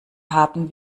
haben